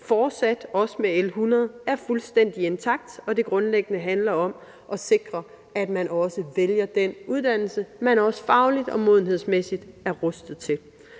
fortsat også med L 100 er fuldstændig intakt, og at det grundlæggende handler om at sikre, at man også vælger den uddannelse, man fagligt og modenhedsmæssigt er rustet til.